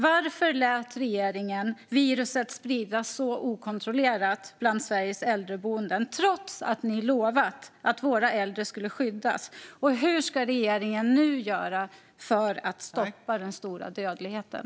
Varför lät regeringen viruset spridas så okontrollerat på Sveriges äldreboenden, trots att ni hade lovat att våra äldre skulle skyddas? Och vad ska regeringen nu göra för att stoppa den stora dödligheten?